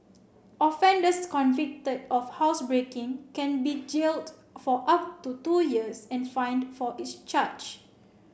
offenders convicted of housebreaking can be jailed for up to two years and fined for each charge